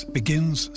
begins